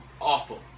awful